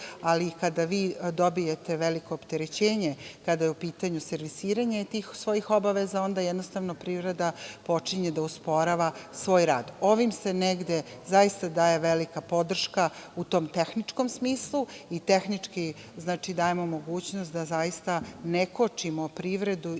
ali kada vi dobijete veliko opterećenje kada je u pitanju servisiranje tih svojih obaveza, onda jednostavno privreda počinje da usporava svoj rad. Ovim se negde zaista daje velika podrška u tom tehničkom smislu i tehnički dajemo mogućnost da zaista ne kočimo privredu